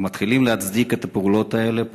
ומתחילים להצדיק את הפעולות האלה,